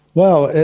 well,